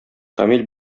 камил